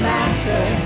Master